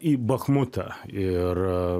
į bachmutą ir